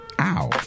Ow